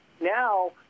now